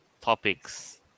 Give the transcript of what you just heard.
topics